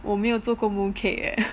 我没有做过 mooncake eh